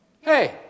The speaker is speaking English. Hey